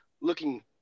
looking